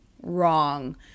wrong